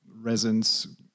resins